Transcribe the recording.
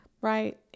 right